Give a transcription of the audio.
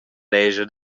lescha